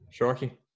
Sharky